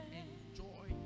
enjoy